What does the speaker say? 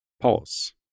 Pause